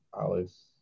Alice